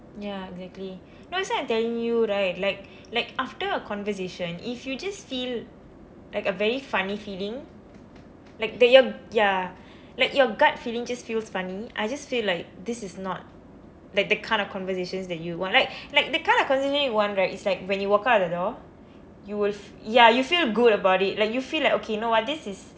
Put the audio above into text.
ya exactly no that's why I'm telling you right like like after a conversation if you just feel like a very funny feeling like the your ya like your gut feeling just feels funny I just feel like this is not like the kind of conversations that you want like like the kind of conversation you want right is like when you walk out the door you will ya you feel good about it like you feel like okay you know what this is